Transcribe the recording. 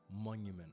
Monument